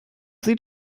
sieht